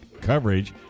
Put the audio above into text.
coverage